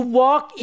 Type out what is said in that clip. walk